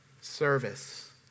Service